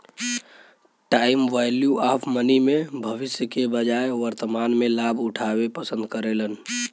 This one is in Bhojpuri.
टाइम वैल्यू ऑफ़ मनी में भविष्य के बजाय वर्तमान में लाभ उठावे पसंद करेलन